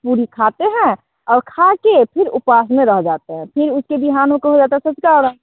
पूरी खाते हैं और खा के फिर उपास में रह जाते हैं फिर उसके बिहान होके हो जाता है सँझका अरग